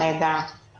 אני פה איתך.